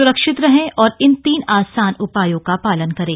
सुरक्षित रहें और इन तीन आसान उपायों का पालन करें